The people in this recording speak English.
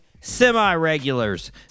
Semi-regulars